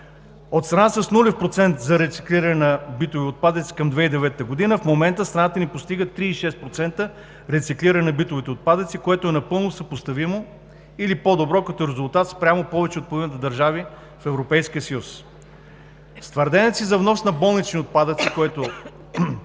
От страна с нулев процент за рециклиране на битови отпадъци към 2009 г. в момента страната ни постига 36% рециклиране на битовите отпадъци, което е напълно съпоставимо или по-добро като резултат спрямо повече от половината държави в Европейския съюз. С твърдението си за внос на болнични отпадъци, което